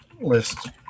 list